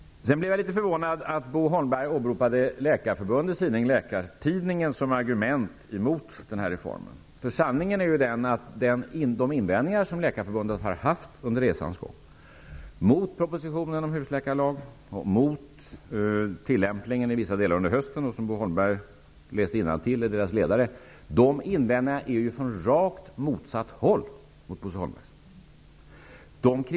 Jag blev litet förvånad över att Bo Holmberg åberopade ett avsnitt i Läkarförbundets tidning Läkartidningen som argument emot reformen. Sanningen är att de invändningar som Läkarförbundet haft under resans gång mot propositionen om husläkarlag och mot tillämpningen under hösten i vissa delar -- Bo Holmberg läste innantill i tidningens ledare om detta -- görs från rakt motsatt håll i förhållande till Bo Holmbergs invändningar.